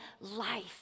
life